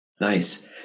Nice